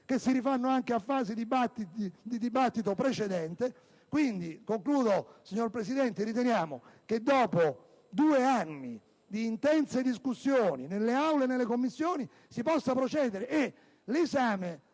che si rifanno anche a fasi di dibattito precedente. Quindi, concludendo, signor Presidente, riteniamo che dopo due anni di intense discussioni nelle Aule e nelle Commissioni si possa procedere. Presidente